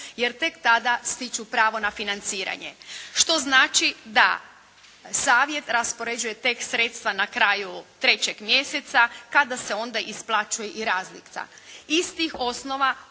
jer tek tada stiču pravo na financiranje, što znači da savjet raspoređuje tek sredstva na kraju trećeg mjeseca kada se onda isplaćuje i razlika. Iz tih osnova